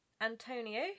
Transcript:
Antonio